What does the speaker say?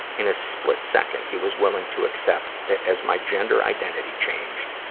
in a split second, he was willing to accept that, as my gender identity changed,